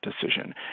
decision